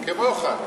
כמוך.